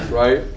right